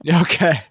Okay